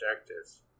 objectives